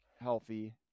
healthy